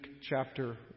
chapter